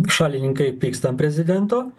šalininkai pyksta ant prezidento